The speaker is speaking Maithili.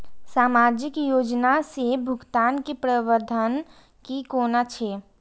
सामाजिक योजना से भुगतान के प्रावधान की कोना छै?